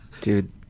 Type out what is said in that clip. Dude